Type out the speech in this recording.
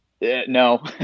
No